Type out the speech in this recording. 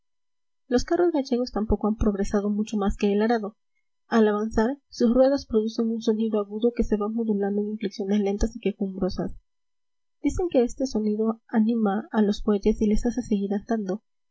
los carros gallegos tampoco han progresado mucho más que el arado al avanzar sus ruedas producen un sonido agudo que se va modulando en inflexiones lentas y quejumbrosas dicen que este sonido anima a los bueyes y les hace seguir andando